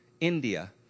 India